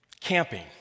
camping